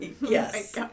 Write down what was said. Yes